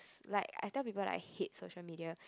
like I tell people like I hate social media